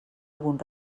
algun